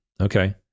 Okay